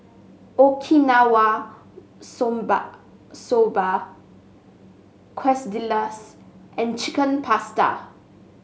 Okinawa Soba Quesadillas and Chicken Pasta